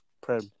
Prem